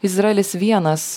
izraelis vienas